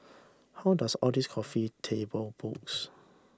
how does all these coffee table books